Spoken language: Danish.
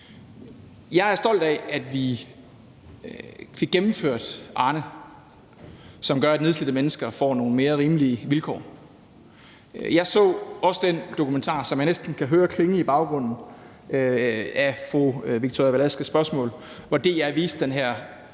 Jeg er stolt af, at vi fik gennemført Arnepensionen, som gør, at nedslidte mennesker får nogle mere rimelige vilkår. Jeg så også den dokumentar, som jeg næsten kan høre klinge i baggrunden af fru Victoria Velasquez' spørgsmål, hvor DR viste den her